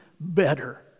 better